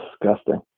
disgusting